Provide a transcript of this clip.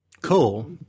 cool